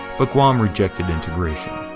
but guam rejected integration.